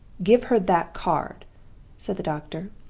give her that card said the doctor,